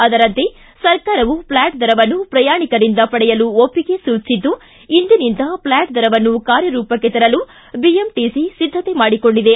ಅದರಂತೆ ಸರ್ಕಾರವು ಪ್ಲಾಟ್ ದರವನ್ನು ಪ್ರಯಾಣಿಕರಿಂದ ಪಡೆಯಲು ಒಪ್ಪಿಗೆ ಸೂಚಿಸಿದ್ದು ಇಂದಿನಿಂದ ಪ್ಲಾಟ್ ದರವನ್ನು ಕಾರ್ಯರೂಪಕ್ಕೆ ತರಲು ಬಿಎಂಟಿಸಿ ಸಿದ್ದತೆ ಮಾಡಿಕೊಂಡಿದೆ